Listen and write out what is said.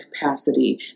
capacity